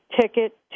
Ticket